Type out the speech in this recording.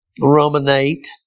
ruminate